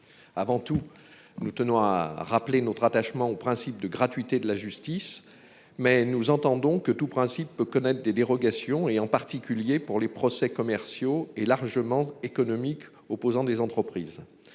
Avant tout, nous tenons à rappeler notre attachement au principe de gratuité de la justice, mais nous entendons que tout principe connaître des dérogations et en particulier pour les procès commerciaux et largement économiques opposant des entreprises.